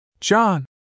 John